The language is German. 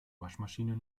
waschmaschine